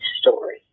story